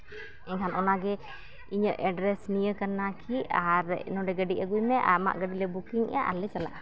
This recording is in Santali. ᱮᱱᱠᱷᱟᱱ ᱚᱱᱟᱜᱮ ᱤᱧᱟᱹᱜ ᱮᱰᱨᱮᱥ ᱱᱤᱭᱟᱹ ᱠᱟᱱᱟ ᱠᱤ ᱟᱨ ᱱᱚᱰᱮ ᱜᱟᱹᱰᱤ ᱟᱹᱜᱩᱭ ᱢᱮ ᱟᱢᱟᱜ ᱜᱟᱹᱰᱤ ᱞᱮ ᱵᱩᱠᱤᱝ ᱮᱜᱼᱟ ᱟᱨ ᱞᱮ ᱪᱟᱞᱟᱜᱼᱟ